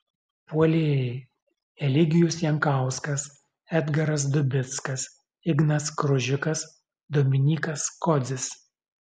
puolėjai eligijus jankauskas edgaras dubickas ignas kružikas dominykas kodzis